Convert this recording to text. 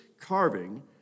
carving